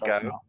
go